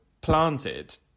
planted